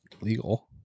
legal